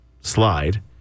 slide